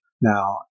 Now